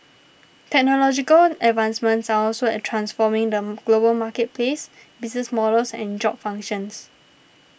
technological advancements are also a transforming them global marketplace business models and job functions